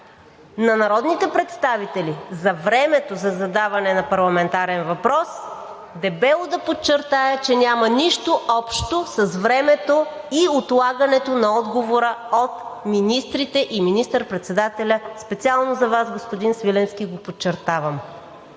на народните представители за времето за задаване на парламентарен въпрос, дебело да подчертая, че няма нищо общо с времето и отлагането на отговора от министрите и министър-председателя. Специално за Вас, господин Свиленски, го подчертавам.